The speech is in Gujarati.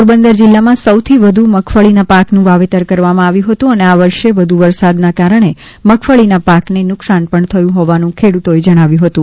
પોરબંદર જિલ્લામાં સૌથી વધુ મગફળીના પાકનું વાવેતર કરવામાં આવ્યું હતું અને આ વર્ષે વધુ વરસાદના કારણે મગફળીના પાકને નુકસાન પણ થયું હોવાનું ખેડૂતોએ જણાવ્યું હતું